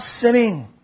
sinning